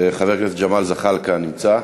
חבר הכנסת ג'מאל זחאלקה, אינו נמצא,